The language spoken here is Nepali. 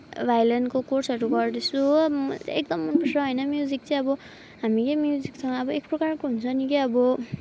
भायोलिनको कोर्सहरू गर्दैछु हो एकदम मनपर्छ होइन म्युजिक चाहिँ अब हामीले म्युजिकसँग अब एक प्रकारको हुन्छ नि के अब